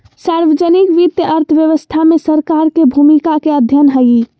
सार्वजनिक वित्त अर्थव्यवस्था में सरकार के भूमिका के अध्ययन हइ